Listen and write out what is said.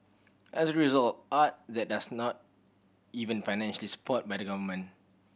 as a result art that does not even financially supported by the government